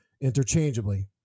interchangeably